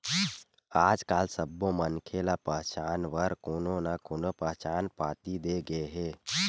आजकाल सब्बो मनखे ल पहचान बर कोनो न कोनो पहचान पाती दे गे हे